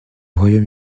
royaume